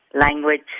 language